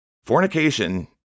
Fornication